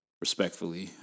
respectfully